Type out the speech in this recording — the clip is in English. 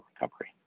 recovery